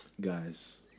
Guys